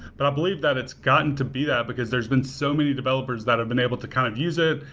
but i believe that it's gotten to be that because there's been so many developers that have been able to kind of use it,